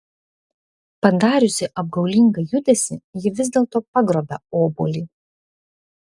padariusi apgaulingą judesį ji vis dėlto pagrobia obuolį